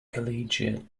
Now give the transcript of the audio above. collegiate